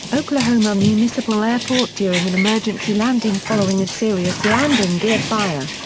oklahoma municipal airport during an emergency landing following a serious landing gear fire.